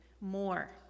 more